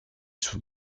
sous